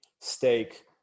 steak